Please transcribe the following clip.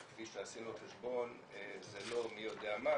שכפי שעשינו חשבון זה לא מי יודע מה,